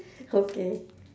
okay